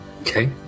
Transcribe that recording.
Okay